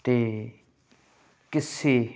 'ਤੇ ਕਿਸੇ